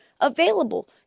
available